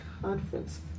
conference